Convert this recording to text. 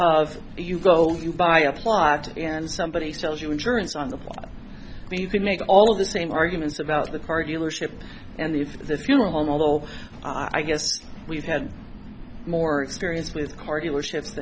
of you both you buy a plot and somebody tells you in surance on the phone you can make all of the same arguments about the car dealership and if the funeral home although i guess we've had more experience with car dealerships